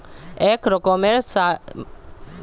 এক রকমের মালবাহী গাড়ি যেটাতে করে খাবার শস্য নিয়ে যায়